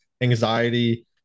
anxiety